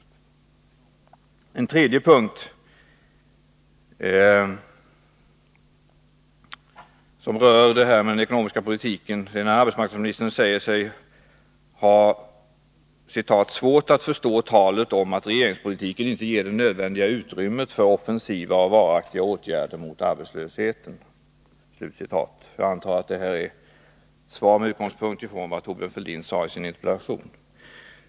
Den tredje punkten som rör den ekonomiska politiken: Arbetsmarknadsministern säger sig ha ”svårt att förstå talet om att regeringspolitiken inte ger det nödvändiga utrymmet för offensiva och varaktiga åtgärder mot arbetslösheten”. Jag antar att detta är ett svar med utgångspunkt i vad Thorbjörn Fälldin anförde i sin interpellation.